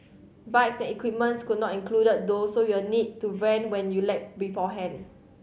bikes and equipment not included though so you are need to rent when you lack beforehand